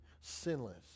sinless